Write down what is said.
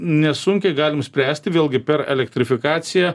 nesunkiai galim spręsti vėlgi per elektrifikaciją